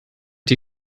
die